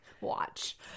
watch